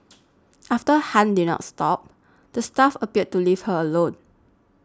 after Han did not stop the staff appeared to leave her alone